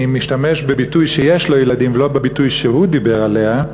אני משתמש בביטוי "שיש לו ילדים" ולא בביטוי שהוא דיבר עליו,